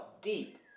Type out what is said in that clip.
deep